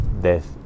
death